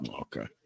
okay